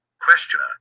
Questioner